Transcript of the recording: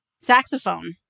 saxophone